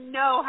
no